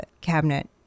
cabinet